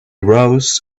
rose